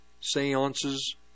seances